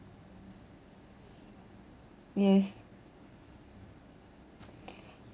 yes